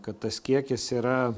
kad tas kiekis yra